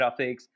graphics